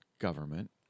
government